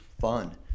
fun